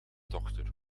dochter